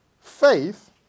faith